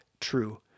true